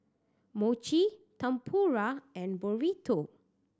Mochi Tempura and Burrito